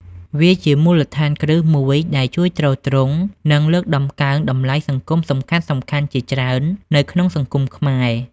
វាជាមូលដ្ឋានគ្រឹះមួយដែលជួយទ្រទ្រង់ និងលើកតម្កើងតម្លៃសង្គមសំខាន់ៗជាច្រើននៅក្នុងសង្គមខ្មែរ។